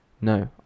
No